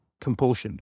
compulsion